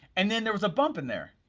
and then there was a bump in there,